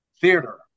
theater